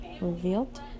revealed